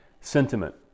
sentiment